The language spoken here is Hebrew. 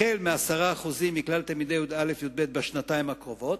החל מ-10% מכלל תלמידי י"א-י"ב בשנתיים הקרובות,